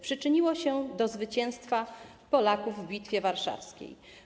Przyczyniło się do zwycięstwa Polaków w Bitwie Warszawskiej.